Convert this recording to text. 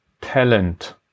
talent